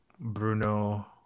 Bruno